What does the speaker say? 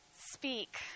speak